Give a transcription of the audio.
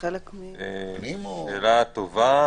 שאלה טובה.